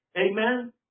Amen